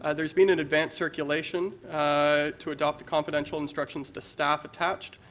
ah there's been an event circulation ah to adopt the confidential instructions to staff attached.